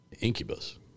incubus